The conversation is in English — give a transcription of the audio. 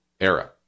era